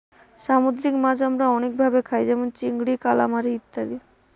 সামুদ্রিক মাছ আমরা অনেক ভাবে খাই যেমন চিংড়ি, কালামারী ইত্যাদি